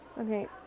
Okay